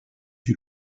you